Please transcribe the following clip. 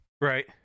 Right